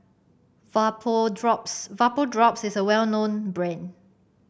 Vapodrops Vapodrops is a well known brand